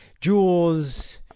jewels